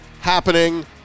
happening